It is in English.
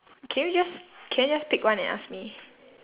can you just can you just pick one and ask me